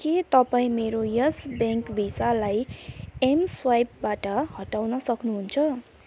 के तपाईँ मेरो यस ब्याङ्क भिसालाई एम स्वाइपबाट हटाउन सक्नुहुन्छ